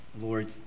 Lord